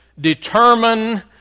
determine